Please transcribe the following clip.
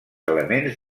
elements